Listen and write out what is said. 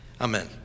Amen